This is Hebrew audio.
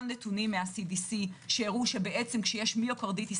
גם נתונים מה-CBC שהראו שכשיש מיוקרדיטיס